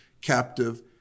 captive